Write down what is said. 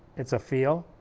it's a feel.